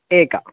एक